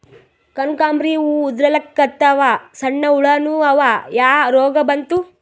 ಕನಕಾಂಬ್ರಿ ಹೂ ಉದ್ರಲಿಕತ್ತಾವ, ಸಣ್ಣ ಹುಳಾನೂ ಅವಾ, ಯಾ ರೋಗಾ ಬಂತು?